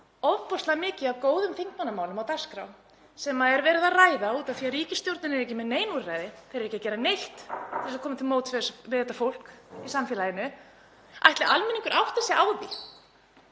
ofboðslega mikið af góðum þingmannamálum á dagskrá sem er verið að ræða út af því að ríkisstjórnin er ekki með nein úrræði, þau eru ekki að gera neitt til að koma til móts við þetta fólk í samfélaginu. Ætli almenningur átti sig á því